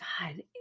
God